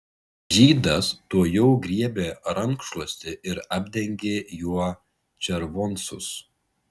žydas tuojau griebė rankšluostį ir apdengė juo červoncus